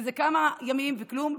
וזה כמה ימים וכלום,